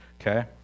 Okay